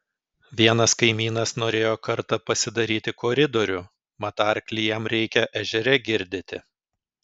vienas kaimynas norėjo kartą pasidaryti koridorių mat arklį jam reikia ežere girdyti